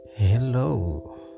Hello